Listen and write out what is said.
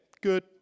Good